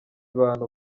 bantu